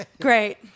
Great